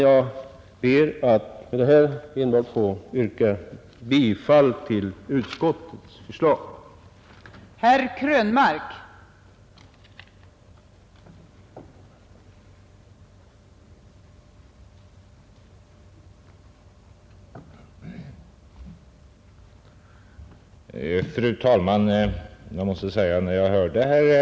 Jag ber med detta att få yrka bifall till utskottets förslag. 21 april 1971